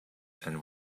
and